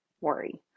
worry